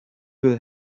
will